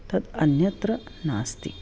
तत् अन्यत्र नास्ति